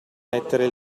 mettere